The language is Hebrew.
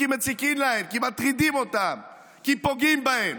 כי מציקים להן, כי מטרידים אותן, כי פוגעים בהן.